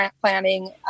planning